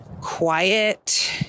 quiet